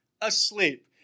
asleep